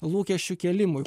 lūkesčių kėlimui